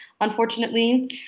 unfortunately